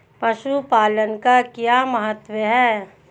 पशुपालन का क्या महत्व है?